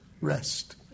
rest